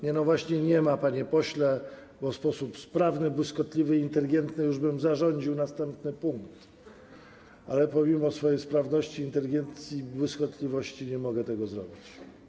Nie, no właśnie nie ma, panie pośle, bo w sposób sprawny, błyskotliwy i inteligentny już bym zarządził następny punkt, ale pomimo swojej sprawności, inteligencji i błyskotliwości nie mogę tego zrobić.